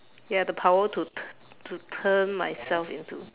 ya the power to to turn myself into